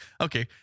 Okay